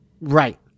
Right